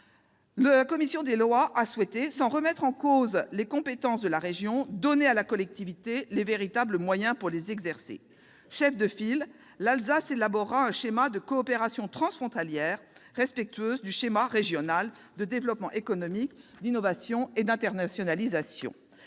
la commission des lois a souhaité donner à la collectivité les véritables moyens pour les exercer. Chef de file, l'Alsace élaborera un schéma de coopération transfrontalière respectueux du schéma régional de développement économique, d'innovation et d'internationalisation.